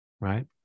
Right